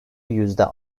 yüzde